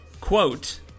Quote